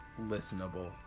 listenable